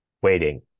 Waiting